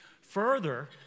Further